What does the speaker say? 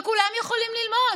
וכולם יכולים ללמוד.